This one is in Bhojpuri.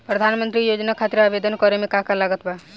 प्रधानमंत्री योजना खातिर आवेदन करे मे का का लागत बा?